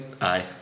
Aye